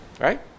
Right